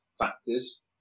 factors